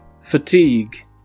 fatigue